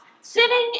sitting